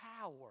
power